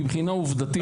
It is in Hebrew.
מבחינה עובדתית,